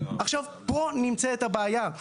עכשיו, פה נמצאת הבעיה.